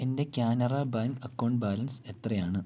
എൻ്റെ Canara bank account balance എത്രയാണ്